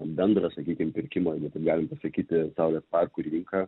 bendrą sakykim pirkimą jei taip galim pasakyti saulės parkų rinką